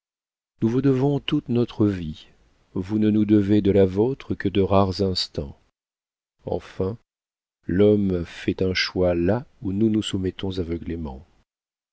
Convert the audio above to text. nous vous devons toute notre vie vous ne nous devez de la vôtre que de rares instants enfin l'homme fait un choix là où nous nous soumettons aveuglément